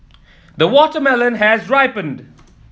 the watermelon has ripened